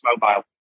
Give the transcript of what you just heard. mobile